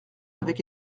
avec